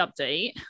update